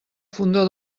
fondó